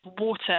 water